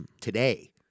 today